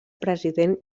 president